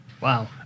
Wow